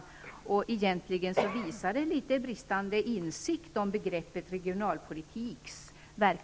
Det visar egentligen på bristande insikt om den verkliga innebörden i begreppet regionalpolitik.